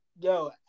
yo